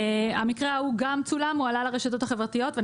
המקרה ההוא גם צולם, הוא עלה לרשתות החברתיות.